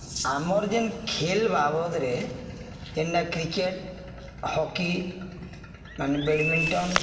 ଆମର୍ ଯେନ୍ ଖେଲ୍ ବାବଦ୍ରେ ଯେନ୍ଟା କ୍ରିକେଟ୍ ହକି ମାନେ ବେଡ଼୍ମିଣ୍ଟନ୍